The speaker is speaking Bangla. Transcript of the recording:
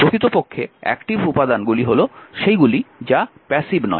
প্রকৃতপক্ষে অ্যাকটিভ উপাদানগুলি হল সেইগুলি যা প্যাসিভ নয়